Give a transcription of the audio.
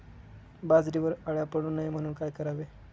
बाजरीवर अळ्या पडू नये म्हणून काय करावे?